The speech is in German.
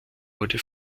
wurde